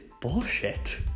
bullshit